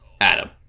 Adam